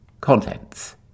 Contents